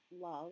love